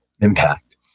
impact